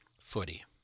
footy